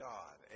God